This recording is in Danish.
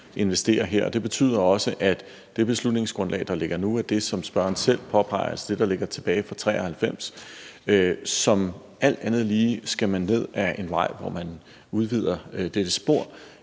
det betyder også, at det beslutningsgrundlag, der ligger nu, er det, som spørgeren selv påpeger – altså det, der ligger tilbage fra 1993. Så alt andet lige er det sådan, at skal man ned ad en vej, hvor man udvider dette spor,